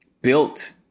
built